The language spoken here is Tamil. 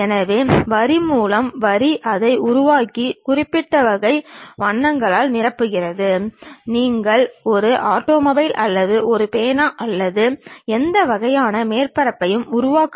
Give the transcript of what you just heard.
அதேபோல் பின் என்பது அந்த பொருளானது செங்குத்து தளத்தில் இருந்து எவ்வளவு தூரம் பின்னாடி உள்ளது என்பதைக் குறிக்கும்